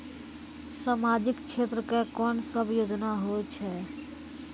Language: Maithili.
समाजिक क्षेत्र के कोन सब योजना होय छै?